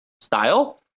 style